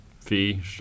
fee